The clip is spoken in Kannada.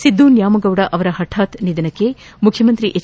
ಸಿದ್ದು ನ್ಯಾಮಗೌಡ ಅವರ ಹಠಾತ್ ನಿಧನಕ್ಕೆ ಮುಖ್ಯಮಂತ್ರಿ ಎಚ್